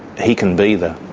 he can be the,